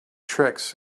tricks